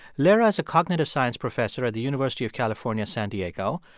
lera is a cognitive science professor at the university of california, san diego.